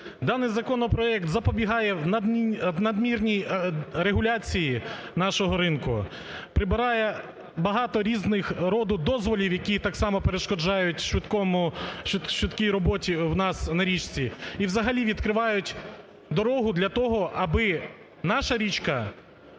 Даний законопроект запобігає в надмірній регуляції нашого ринку, прибирає багато різних роду дозволів, які так само перешкоджають швидкій роботі у нас на річці, і, взагалі, відкривають дорогу для того аби наша річка